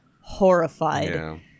horrified